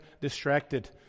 distracted